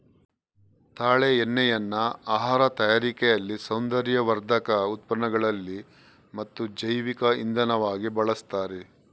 ತಾಳೆ ಎಣ್ಣೆಯನ್ನ ಆಹಾರ ತಯಾರಿಕೆಯಲ್ಲಿ, ಸೌಂದರ್ಯವರ್ಧಕ ಉತ್ಪನ್ನಗಳಲ್ಲಿ ಮತ್ತು ಜೈವಿಕ ಇಂಧನವಾಗಿ ಬಳಸ್ತಾರೆ